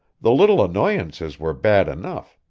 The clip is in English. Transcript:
the little annoyances were bad enough,